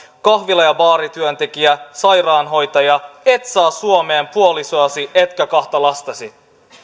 kahvila ja baarityöntekijä sairaanhoitaja et saa suomeen puolisoasi etkä kahta lastasi